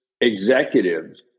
executives